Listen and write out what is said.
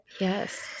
Yes